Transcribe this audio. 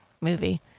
movie